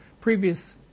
previous